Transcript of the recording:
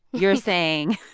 you're saying,